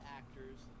actors